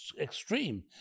extreme